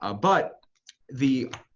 ah but the